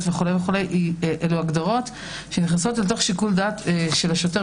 אלה הגדרות שנכנסות לתוך שיקול הדעת של השוטר,